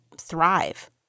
thrive